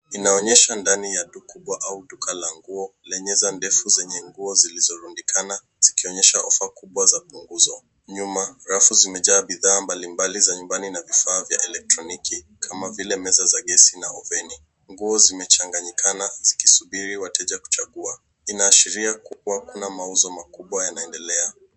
...inaonyesha ndani ya dukubwa au duka la nguo lenye meza ndefu zenye nguo zilizorundikana zikionyesha ofa kubwa za punguzo. Nyuma, rafu zimejaa bidhaa mbalimbali za nyumbani na vifaa vya elektroniki kama vile meza za gesi na oveni. Nguo zimechanganyikana zikisubiri wateja kuchagua. Inaashiria kuwa kuna mauzo makubwa yanaendelea.